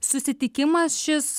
susitikimas šis